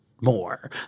more